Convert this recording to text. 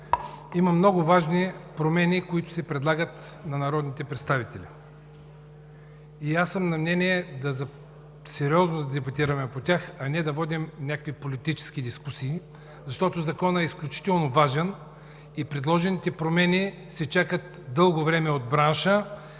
има много важни промени, които се предлагат на народните представители. Аз съм на мнение сериозно да дебатираме по тях, а не да водим политически дискусии, защото Законът е изключително важен и предложените промени се чакат дълго време от бранша.